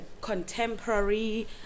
contemporary